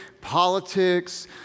politics